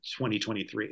2023